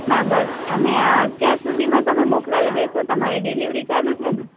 ના બસ અને આ કયા સુધીમાં તમે મોકલાવી દેસો તમારી ડિલિવરી ચાલુ છેને